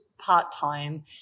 part-time